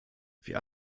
wir